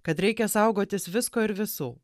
kad reikia saugotis visko ir visų